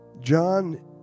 John